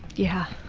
yeah.